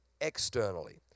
externally